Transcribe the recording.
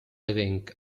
living